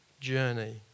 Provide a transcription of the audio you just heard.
journey